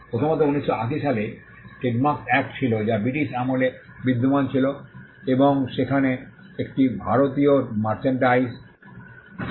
প্রথমত 1980 সালে trademarks act ছিল যা ব্রিটিশ আমলে বিদ্যমান ছিল এবং সেখানে একটি ভারতীয় মার্চেন্ডাইজ মার্কস অ্যাক্টও ছিল